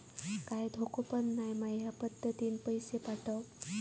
काय धोको पन नाय मा ह्या पद्धतीनं पैसे पाठउक?